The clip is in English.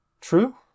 True